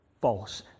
false